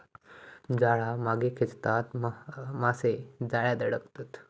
जाळा मागे खेचताच मासे जाळ्यात अडकतत